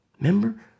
Remember